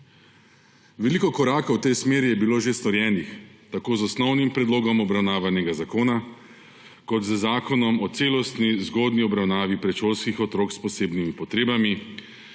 Veliko korakov v tej smeri je bilo že storjenih tako z osnovnim predlogom obravnavanega zakona kot z Zakonom o celostni zgodnji obravnavi predšolskih otrok s posebnimi potrebami,